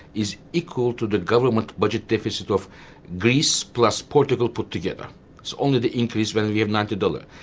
is equal to the government budget deficit of greece plus portugal put together. so only the increase where we have ninety dollars.